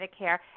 Medicare